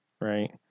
right